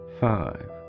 five